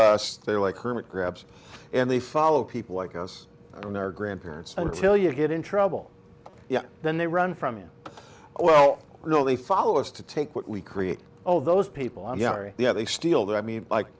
us they like hermit crabs and they follow people like us in our grandparents until you get in trouble yeah then they run from you well you know they follow us to take what we create oh those people i'm gary yeah they steal that i mean like